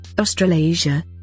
Australasia